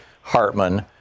Hartman